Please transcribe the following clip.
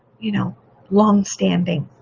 you know longstanding.